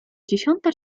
dziesiąta